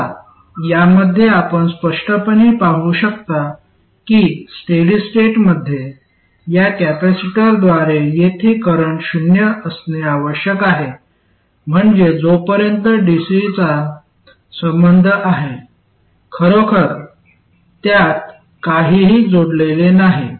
आता यामध्ये आपण स्पष्टपणे पाहू शकता की स्टेडी स्टेट मध्ये या कॅपेसिटरद्वारे येथे करंट शून्य असणे आवश्यक आहे म्हणजे जोपर्यंत डीसीचा संबंध आहे खरोखर त्यात काहीही जोडलेले नाही